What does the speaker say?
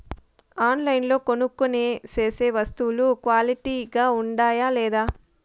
ఆన్లైన్లో కొనుక్కొనే సేసే వస్తువులు క్వాలిటీ గా ఉండాయా లేదా?